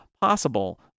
possible